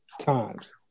times